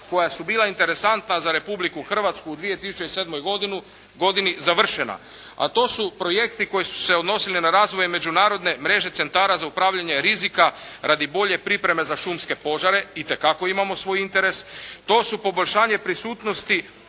koja su bila interesantna za Republiku Hrvatsku u 2007. godini, završena. A to su projekti koji su se odnosili na razvoj međunarodne mreže centara za upravljanje rizika radi bolje pripreme za šumske požare, itekako imamo svoj interes. To su poboljšanje prisutnosti